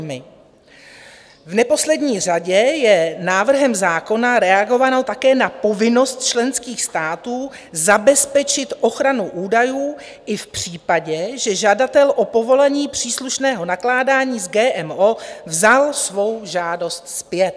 V neposlední řadě je návrhem zákona reagováno také na povinnost členských států zabezpečit ochranu údajů i v případě, že žadatel o povolení příslušného nakládání s GMO vzal svou žádost zpět.